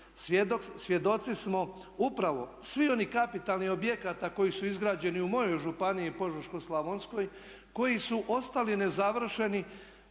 Svjedoci smo upravo svih onih kapitalnih objekata koji su izgrađeni u mojoj županiji Požeško-slavonskoj koji su ostali nezavršeni,